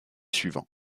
suivants